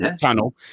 channel